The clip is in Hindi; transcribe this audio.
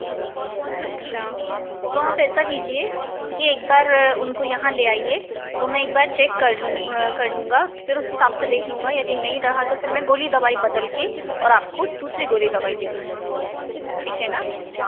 अच्छा तो आप ऐसा कीजिए की एक बार उनको यहाँ ले आईए तो में एक बार चेक कर लूँ लूँगा फिर उस हिसाब से देख लूँगा यदि नहीं रहा तो फिर मैं गोली दवाई बदल कर और आपको दूसरी गोली दवाई दे दूँगा ठीक है ना